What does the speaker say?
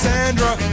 Sandra